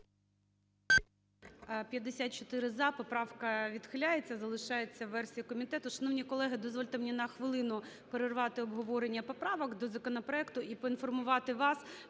За-54 Поправка відхиляється. Залишається версія комітету. Шановні колеги, дозвольте мені на хвилину перервати обговорення поправок до законопроекту і поінформувати вас,